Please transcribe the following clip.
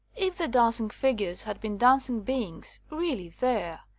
if the dancing figures had been dancing beings, really there,